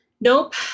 nope